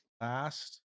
last